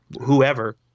whoever